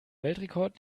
weltrekord